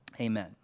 amen